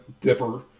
dipper